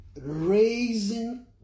raising